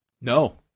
No